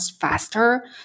faster